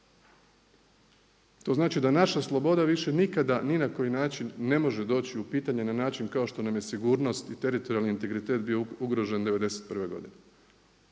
To znači da naša sloboda više nikada ni na koji način ne može doći u pitanje na način kao što nam je sigurnost i teritorijalni integritet bio ugrožen '91. godine.